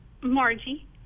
Margie